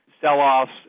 Sell-offs